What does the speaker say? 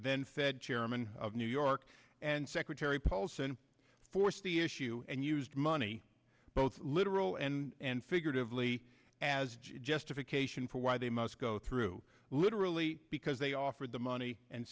then fed chairman of new york and secretary paulson forced the issue and used money both literal and figurative li as justification for why they must go through literally because they offered the money and